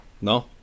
No